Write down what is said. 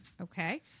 Okay